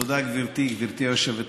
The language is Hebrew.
תודה, גברתי היושבת-ראש.